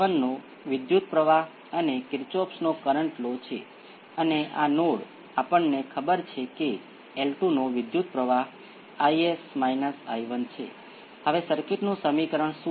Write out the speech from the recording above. હવે બીજા ઓર્ડર ના કિસ્સામાં આપણી પાસે બીજા ઓર્ડર નું વિકલન સમીકરણ છે ચાલો કહીએ કે આ સંબંધિત ચલનું વિકલન સમીકરણ છે